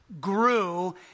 grew